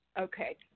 Okay